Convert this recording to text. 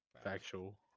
Factual